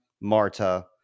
Marta